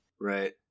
Right